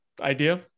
idea